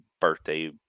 Birthday